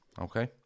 Okay